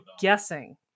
guessing